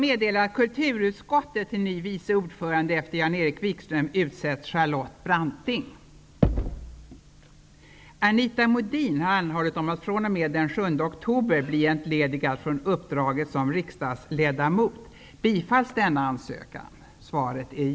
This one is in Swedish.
Ers Majestät!